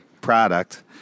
product